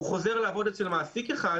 הוא חוזר לעבוד אצל מעסיק אחד,